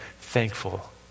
thankful